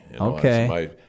Okay